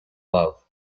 love